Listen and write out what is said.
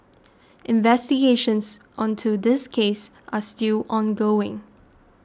investigations onto this case are still ongoing